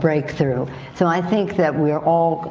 breakthrough. so, i think that we're all,